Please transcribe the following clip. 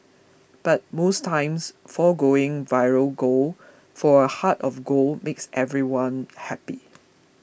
but most times foregoing viral gold for a heart of gold makes everyone happy